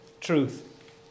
truth